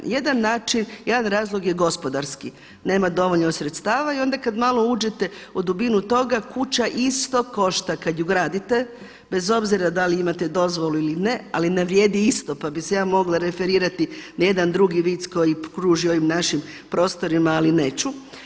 Jedan razlog je gospodarski, nema dovoljno sredstava i onda kad malo uđete u dubinu toga kuća isto košta kad ju gradite bez obzira da li imate dozvolu ili ne ali ne vrijedi isto pa bi se ja mogla referirati na jedan drugi vic koji kruži ovim našim prostorima ali neću.